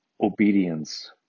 obedience